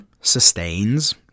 sustains